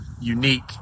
unique